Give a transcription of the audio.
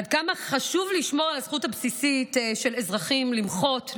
עד כמה חשוב לשמור על הזכות הבסיסית של אזרחים למחות,